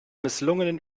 misslungenen